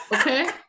Okay